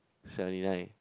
seventy nine